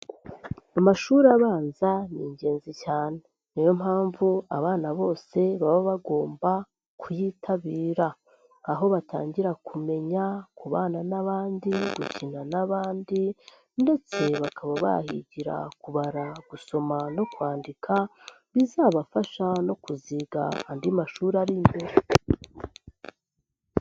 Amashuri abanza ni ingenzi cyane. Nmpamvu abana bose baba bagomba kuyitabira. Aho batangira kumenya kubara, gukina n'abandi ndetse bakaba bahigira kubara, gusoma no kwandika bizabafasha no kuziga andi mashuri ari imbere.